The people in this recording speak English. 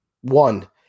One